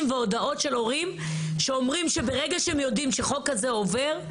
והודעות של הורים שאומרים שברגע שהם יודעים שהחוק הזה עובר,